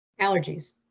allergies